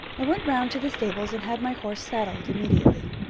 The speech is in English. i went round to the stables, and had my horse saddled immediately.